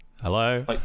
hello